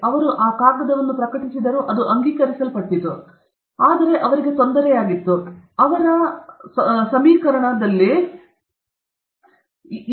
ಅವರು ಆ ಕಾಗದವನ್ನು ಪ್ರಕಟಿಸಿದರು ಅದು ಅಂಗೀಕರಿಸಲ್ಪಟ್ಟಿತು ಆದರೆ ಅವನಿಗೆ ತೊಂದರೆಯಾಗಿತ್ತು ಏಕೆ ಆ ಮೈನಸ್ 1 ಬರುತ್ತಿದೆ